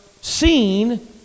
seen